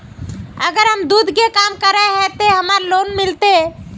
अगर हम दूध के काम करे है ते हमरा लोन मिलते?